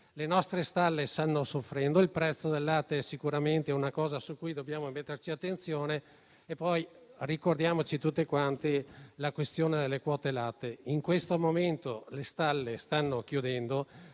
Le nostre stalle stanno soffrendo; il prezzo del latte è sicuramente un punto su cui dobbiamo porre più attenzione e poi ricordiamoci tutti la questione delle quote latte. In questo momento le stalle stanno chiudendo.